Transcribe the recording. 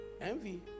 Envy